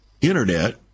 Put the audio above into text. internet